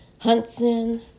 Hudson